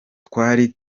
twari